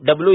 W